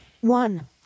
one